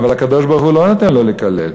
אבל הקדוש-ברוך-הוא לא נותן לו לקלל.